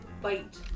Bite